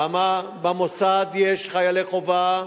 למה במוסד יש חיילי חובה,